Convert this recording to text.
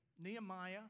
Nehemiah